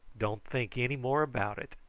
don't think any more about it,